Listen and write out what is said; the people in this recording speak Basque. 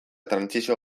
trantsizio